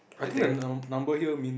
I think the num~ number here mean